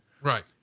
right